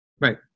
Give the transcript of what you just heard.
Right